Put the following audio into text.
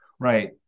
Right